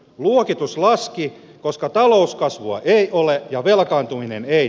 luokitus laski koska talouskasvua ei ole ja velkaantuminen ei